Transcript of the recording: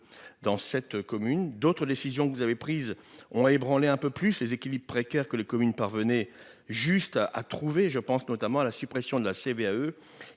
par deux ! D'autres décisions que vous avez prises ont ébranlé un peu plus les équilibres précaires que les communes parvenaient à trouver de justesse. Je pense notamment à la suppression de la